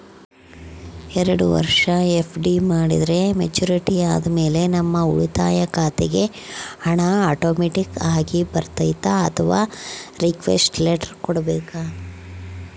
ಎರಡು ವರುಷ ಎಫ್.ಡಿ ಮಾಡಿದರೆ ಮೆಚ್ಯೂರಿಟಿ ಆದಮೇಲೆ ನಮ್ಮ ಉಳಿತಾಯ ಖಾತೆಗೆ ಹಣ ಆಟೋಮ್ಯಾಟಿಕ್ ಆಗಿ ಬರ್ತೈತಾ ಅಥವಾ ರಿಕ್ವೆಸ್ಟ್ ಲೆಟರ್ ಕೊಡಬೇಕಾ?